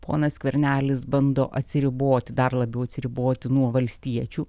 ponas skvernelis bando atsiriboti dar labiau atsiriboti nuo valstiečių